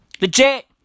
Legit